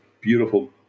beautiful